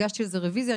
הגשתי על זה רביזיה,